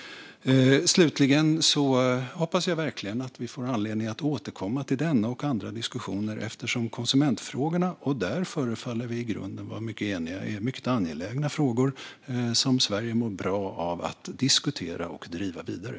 Slutligen hoppas jag verkligen att vi får anledning att återkomma till denna och andra diskussioner. Konsumentfrågorna är mycket angelägna frågor - där förefaller vi i grunden vara mycket eniga - som Sverige mår bra av att diskutera och driva vidare.